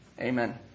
Amen